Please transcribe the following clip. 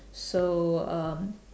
so um